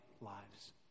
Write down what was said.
lives